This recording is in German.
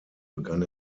begann